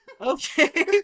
Okay